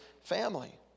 family